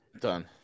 Done